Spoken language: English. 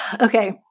Okay